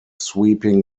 sweeping